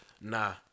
nah